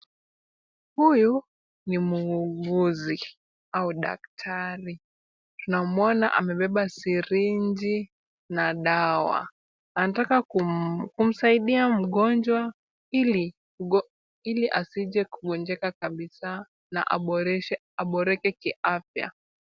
Huyu ni muuguzi au daktari. Tunamwona amebeba sirinji na dawa. Anataka kumsaidia mgonjwa ili asije kugonjeka kabisa na aboreke kiafya.